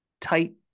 tight